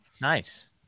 Nice